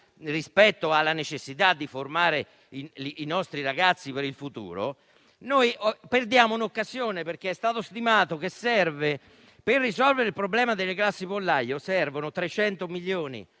rispetto alla necessità di formare i nostri ragazzi per il futuro. Noi perdiamo un'occasione perché è stato stimato che, per risolvere il problema delle classi pollaio, servono 300 milioni;